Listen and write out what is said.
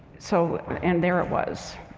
so and there it was.